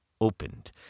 opened